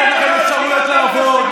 לתת לכם אפשרויות לעבוד,